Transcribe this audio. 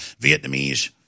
Vietnamese